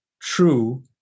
true